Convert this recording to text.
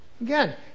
Again